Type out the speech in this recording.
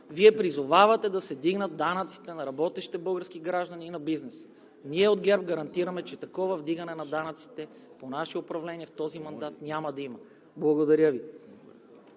Вие призовавате да се вдигнат данъците на работещите български граждани и на бизнеса. Ние от ГЕРБ гарантираме, че такова вдигане на данъците по наше управление в този мандат няма да има. Благодаря Ви.